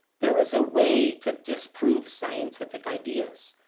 there is a way to disprove scientific ideas.